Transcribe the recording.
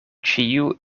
ĉiu